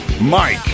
Mike